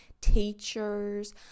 teachers